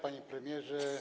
Panie Premierze!